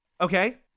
Okay